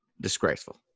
Disgraceful